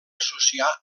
associar